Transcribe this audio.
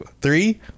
Three